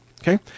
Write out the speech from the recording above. Okay